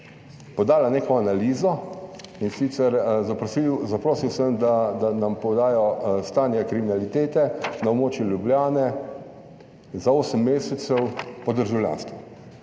podala neko analizo, in sicer zaprosil sem, da nam podajo stanje kriminalitete na območju Ljubljane za osem mesecev po državljanstvu.